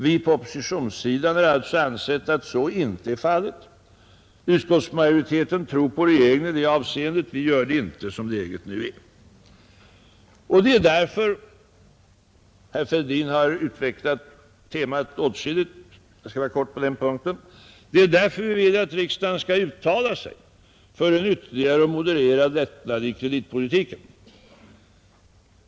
Vi på oppositionssidan har alltså ansett att så inte är fallet. Utskottsmajoriteten tror på regeringen i det avseendet. Vi gör det inte, sådant som läget nu är. Det är därför — herr Fälldin har utvecklat temat åtskilligt; jag skall fatta mig kort på den punkten — vi vill att riksdagen skall uttala sig för en ytterligare, modererad lättnad i kreditpolitiken.